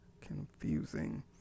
confusing